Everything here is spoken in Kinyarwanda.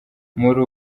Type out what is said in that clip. muri